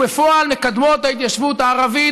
ובפועל מקדמות את ההתיישבות הערבית